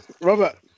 Robert